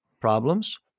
problems